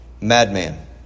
madman